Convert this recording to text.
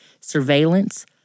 surveillance